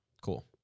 Cool